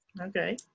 Okay